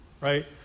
right